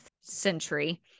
century